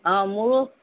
অঁ মোৰো